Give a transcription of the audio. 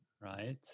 right